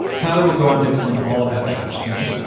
tyler will go on to explain all about church to me.